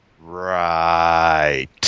right